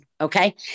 Okay